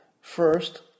First